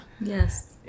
Yes